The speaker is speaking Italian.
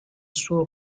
suo